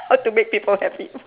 how to make people happy